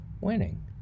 winning